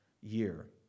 year